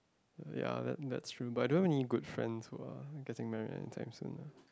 ya that that's true but I don't any good friends who are getting married and thankful